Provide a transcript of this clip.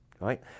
right